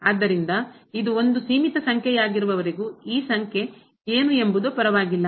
ಆದ್ದರಿಂದ ಇದು ಒಂದು ಸೀಮಿತ ಸಂಖ್ಯೆಯಾಗಿರುವವರೆಗೂ ಈ ಸಂಖ್ಯೆ ಏನು ಎಂಬುದು ಪರವಾಗಿಲ್ಲ